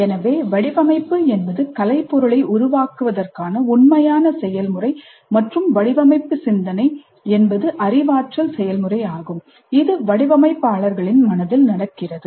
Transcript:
எனவே வடிவமைப்பு என்பது கலைப்பொருளை உருவாக்குவதற்கான உண்மையான செயல்முறை மற்றும் வடிவமைப்பு சிந்தனை என்பது அறிவாற்றல் செயல்முறை ஆகும் இது வடிவமைப்பாளர்களின் மனதில் நடக்கிறது